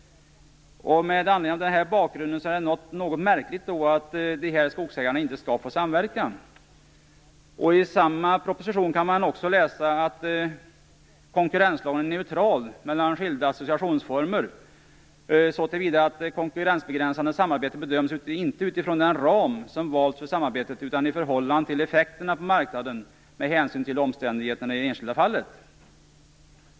Med anledning av denna bakgrund är det något märkligt att dessa skogsägare inte skall få samverka. I samma proposition kan man också läsa att konkurrenslagen är neutral till skilda associationsformer så tillvida att konkurrensbegränsande samarbete inte bedöms utifrån den ram som valts för samarbetet utan i förhållande till effekterna på marknaden med hänsyn till omständigheterna i det enskilda fallet.